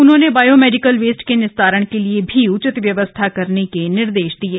उन्होंने biomedical waste के निस्तारण के लिए भी उचित व्यवस्था करने के निर्देश दिये